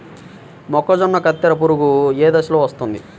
మొక్కజొన్నలో కత్తెర పురుగు ఏ దశలో వస్తుంది?